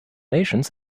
nations